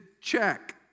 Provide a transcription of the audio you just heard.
check